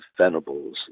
Venables